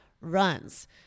runs